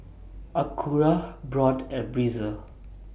Acura Braun and Breezer